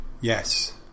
Yes